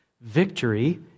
victory